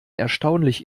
erstaunlich